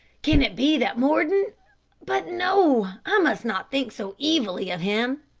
can it be that mordon but no, i must not think so evilly of him.